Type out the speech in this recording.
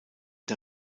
der